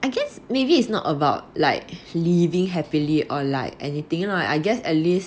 I guess maybe it's not about like living happily or like anything you know I guess like at least